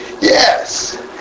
Yes